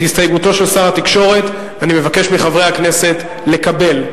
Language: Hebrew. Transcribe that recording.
את הסתייגותו של שר התקשורת אני מבקש מחברי הכנסת לקבל.